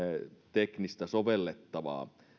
teknistä sovellettavaa